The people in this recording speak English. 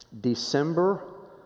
December